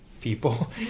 people